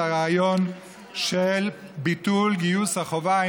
את הרעיון של ביטול גיוס החובה,